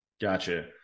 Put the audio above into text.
Gotcha